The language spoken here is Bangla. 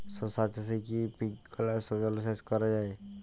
শশা চাষে কি স্প্রিঙ্কলার জলসেচ করা যায়?